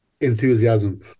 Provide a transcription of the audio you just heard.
enthusiasm